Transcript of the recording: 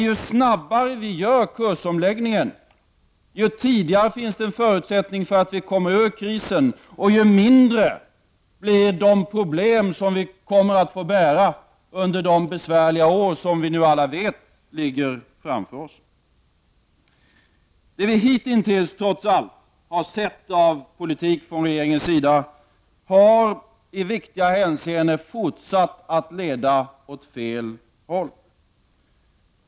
Ju snabbare vi gör kursomläggningen, desto tidigare finns det en förutsättning för att vi kommer ur krisen, och därmed blir de problem som vi kommer att få bära under de besvärliga år som vi nu alla vet ligger framför oss mindre. Det som vi hitintills trots allt har sett av politik från regeringens sida har i viktiga hänseenden fortsatt att leda åt fel håll.